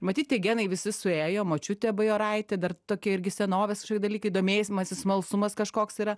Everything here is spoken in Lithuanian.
matyt tie genai visi suėjo močiutė bajoraitė dar tokie irgi senovės kažkokie dalykai domėjimasis smalsumas kažkoks yra